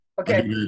Okay